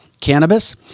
Cannabis